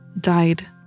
died